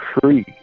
free